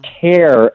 care